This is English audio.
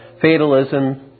Fatalism